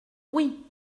oui